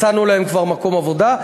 מצאנו להם כבר מקום עבודה.